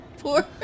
Poor